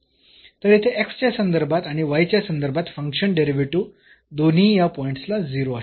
तर येथे x च्या संदर्भात आणि y च्या संदर्भात फंक्शन डेरिव्हेटिव्ह दोन्ही या पॉईंट्सला 0 आहेत